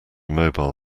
mobile